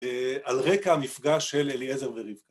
‫על רקע המפגש של אליעזר ורבקה.